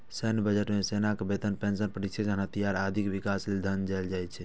सैन्य बजट मे सेनाक वेतन, पेंशन, प्रशिक्षण, हथियार, आदिक विकास लेल धन देल जाइ छै